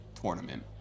tournament